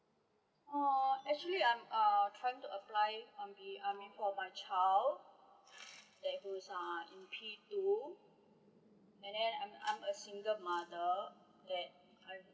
uh actually I'm uh trying to apply on be~ I mean for my child that he was uh in P two and then I'm I'm a single mother that I